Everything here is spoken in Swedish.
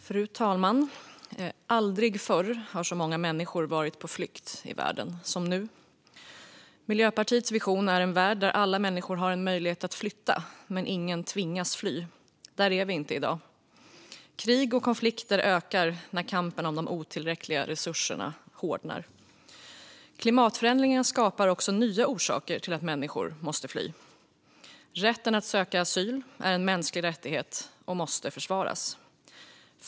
Fru talman! Aldrig förr har så många människor varit på flykt i världen som nu. Miljöpartiets vision är en värld där alla människor har möjlighet att flytta men ingen tvingas fly. Där är vi inte i dag. Krig och konflikter ökar när kampen om de otillräckliga resurserna hårdnar. Klimatförändringarna skapar också nya orsaker till att människor måste fly. Rätten att söka asyl är en mänsklig rättighet och måste försvaras.